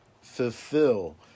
fulfill